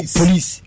police